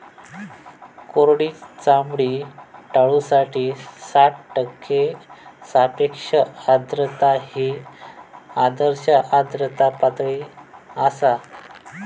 कोरडी चामडी टाळूसाठी साठ टक्के सापेक्ष आर्द्रता ही आदर्श आर्द्रता पातळी आसा